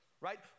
right